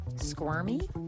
squirmy